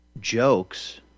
jokes –